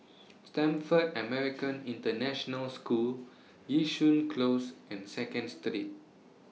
Stamford American International School Yishun Close and Seconds today